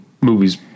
movies